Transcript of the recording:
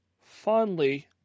fondly